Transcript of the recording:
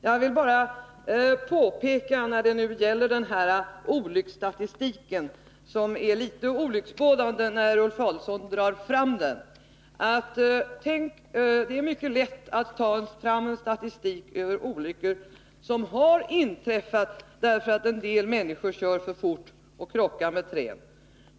Jag vill bara påpeka när det gäller den här olycksstatistiken — som är litet olycksbådande när Ulf Adelsohn nu drar fram den — att det är mycket lätt att ta fram statistik över olyckor som har inträffat därför att en del människor kör för fort och krockar med träd.